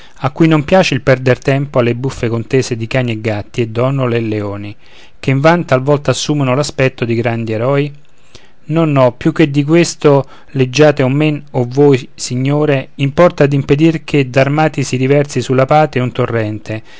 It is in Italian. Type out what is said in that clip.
a cui non piace il perder tempo alle buffe contese di cani e gatti e donnole e leoni che invan talvolta assumono l'aspetto di grandi eroi no no più che di questo leggiate o men a voi signore importa d'impedir che d'armati si riversi sulla patria un torrente